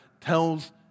tells